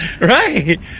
right